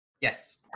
Yes